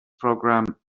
program